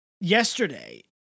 yesterday